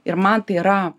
ir man tai yra